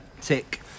tick